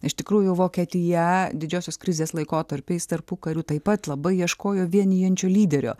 iš tikrųjų vokietija didžiosios krizės laikotarpiais tarpukariu taip pat labai ieškojo vienijančio lyderio